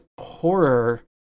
horror